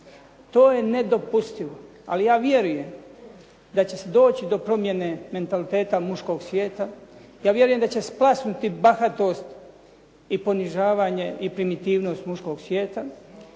To je nedopustivo, ali ja vjerujem da će se doći do promjene mentaliteta muškog svijeta. Ja vjerujem da će splasnuti bahatost i ponižavanje i primitivnost muškog svijeta